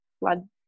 blood